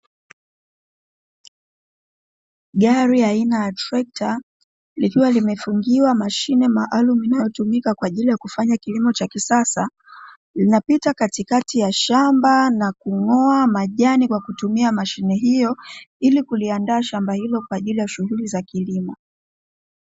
Gari aina ya trekta likiwa limefungiwa mashine maalumu inayotumika kwa ajili ya kufanya kilimo cha kisasa, inapita katikati ya shamba na kung'oa majani kwa kutumia mashine hiyo, ili kuandaa shamba hilo kwa ajili ya shughuli za kilimo.